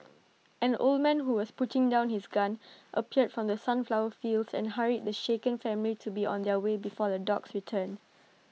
an old man who was putting down his gun appeared from the sunflower fields and hurried the shaken family to be on their way before the dogs return